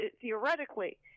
theoretically